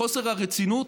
בחוסר הרצינות,